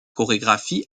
chorégraphie